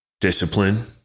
Discipline